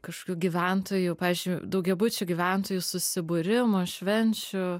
kažkokių gyventojų pavyzdžiu daugiabučių gyventojų susibūrimų švenčių